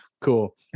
Cool